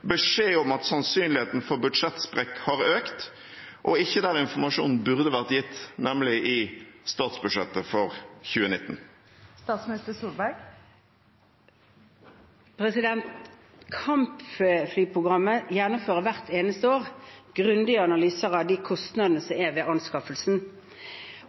beskjed om at sannsynligheten for budsjettsprekk har økt – og ikke der informasjonen burde ha vært gitt, nemlig i statsbudsjettet for 2019? Kampflyprogrammet gjennomfører hvert eneste år grundige analyser av de kostnadene som er ved anskaffelsen,